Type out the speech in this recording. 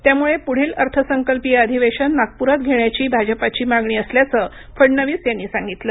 त्यामुळे पुढील अर्थसंकल्पीय अधिवेशन नागपुरात घेण्याची भाजपाची मागणी असल्याचं फडणवीस यांनी सांगितलं